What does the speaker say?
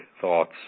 thoughts